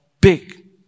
big